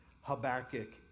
Habakkuk